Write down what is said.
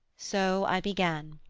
so i began,